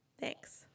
Thanks